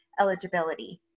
eligibility